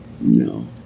no